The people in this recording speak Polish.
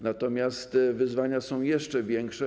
Natomiast wyzwania są jeszcze większe.